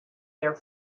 their